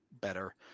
better